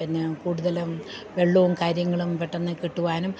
പിന്നെ കൂടുതലും വെള്ളവും കാര്യങ്ങളും പെട്ടെന്ന് കിട്ടുവാനും